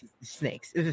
Snakes